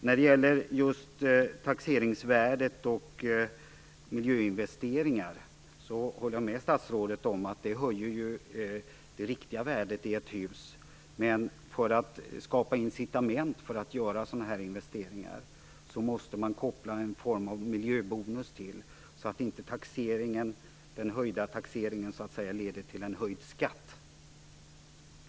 När det gäller just taxeringsvärdet och miljöinvesteringar håller jag med statsrådet om att dessa höjer det riktiga värdet i ett hus. Men för att skapa incitament för att göra sådana här investeringar måste man koppla en form av miljöbonus till det, så att den höjda taxeringen inte leder till en höjd skatt.